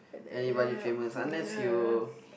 anybody famous unless you